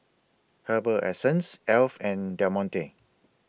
Herbal Essences Alf and Del Monte